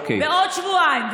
בעוד שבועיים,